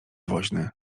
woźny